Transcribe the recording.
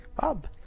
Bob